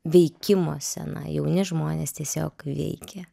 veikimo scena jauni žmonės tiesiog veikė